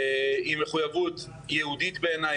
עם מחויבות יהודית בעיניי.